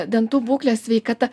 dantų būklės sveikata